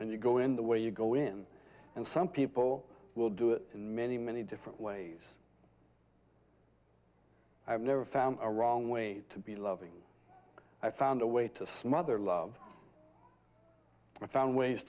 and you go in the way you go in and some people will do it in many many different ways i've never found a wrong way to be loving i found a way to smother love i found ways